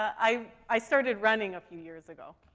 i, i started running a few years ago,